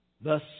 Thus